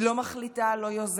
היא לא מחליטה, לא יוזמת,